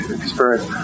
experience